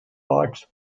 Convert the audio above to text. bikes